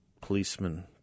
policeman